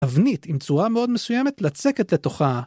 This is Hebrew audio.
‫אבנית עם צורה מאוד מסויימת ‫לצקת לתוכה.